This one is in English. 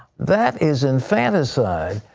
that is infanticide,